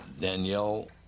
Danielle